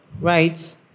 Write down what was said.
right